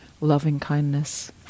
loving-kindness